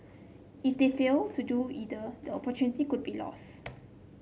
if they fail to do either the opportunity could be lost